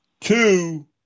Two